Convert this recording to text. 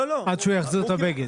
לא, עד שהוא יחזיר את הבגד.